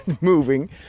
moving